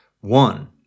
One